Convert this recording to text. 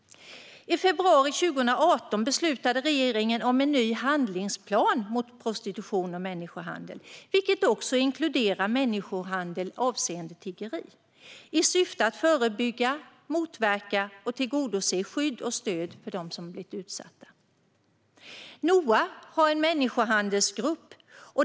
I februari 2018 beslutade regeringen om en ny handlingsplan mot prostitution och människohandel, vilket också inkluderar människohandel avseende tiggeri, i syfte att förebygga, motverka och tillgodose skydd för och stöd till dem som blivit utsatta. Noa har en människohandelsgrupp.